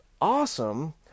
awesome